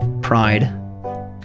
pride